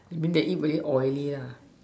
mean that eat already very oily la